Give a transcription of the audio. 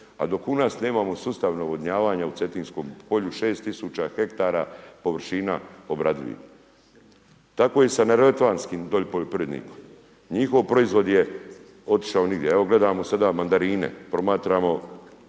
a dok u nas nemamo sustav navodnjavanja u cetinskom polju, 6000 ha površina obradivih. Tako i sa neretvanskim dolje poljoprivrednikom. Njihov proizvod je otišao nigdje, evo gledamo sada mandarine, promatramo